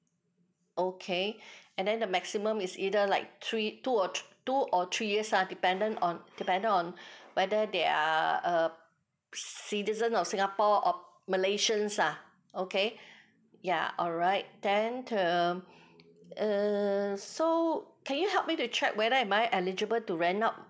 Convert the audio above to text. okay and then the maximum is either like three two or thre~ two or three years ah dependent on dependent on whether they are err citizen of singapore or malaysians ah okay ya alright then um err so can you help me to check whether am I eligible to rent out